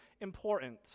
important